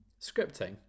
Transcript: scripting